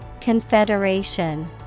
Confederation